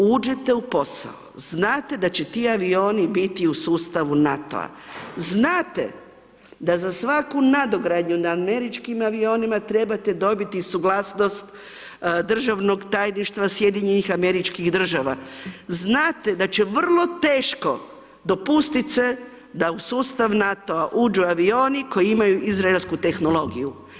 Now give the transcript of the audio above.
Uđete u posao, znate da će ti avioni biti u sustavu NATO-a, znate da za svaku nadogradnju na američkim avionima trebate dobiti suglasnost državnog tajnika SAD-a, znate da će vrlo teško dopustit se da u sustav NATO-a uđu avioni koji imaju izraelsku tehnologiju.